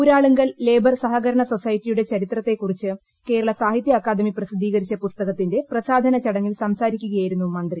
Uralungal labour സഹകരണസൊസൈറ്റിയുടെ ചരിത്രത്തെ കുറിച്ച് കേരള സാഹിത്യഅക്കാദമി പ്രസിദ്ധീകരിച്ച പുസ്തകത്തിന്റെ പ്രസാധന ചടങ്ങിൽ സംസാരിക്കുകയായിരുന്നു മന്ത്രി